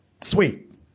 Sweet